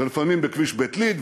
ולפעמים בכביש בית-ליד,